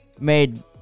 made